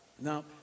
Now